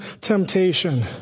temptation